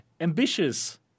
ambitious